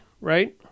right